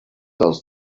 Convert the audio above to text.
dels